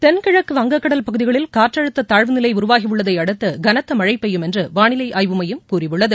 தென்கிழக்கு வங்கக் கடல் பகுதிகளில் காற்றழுத்த தாழ்வு நிலை உருவாகியுள்ளதை அடுத்து கனத்த மழை பெய்யும் என்று வானிலை ஆய்வு மையம் கூறியுள்ளது